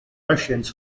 russians